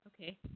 okay